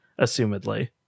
assumedly